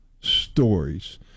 stories